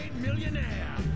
millionaire